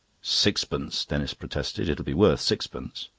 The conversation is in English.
sixpence, denis protested. it'll be worth sixpence.